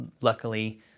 luckily